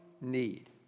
need